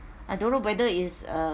I don't know whether is uh